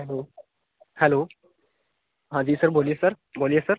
hello hello हाँ जी sir बोलिए सर बोलिए सर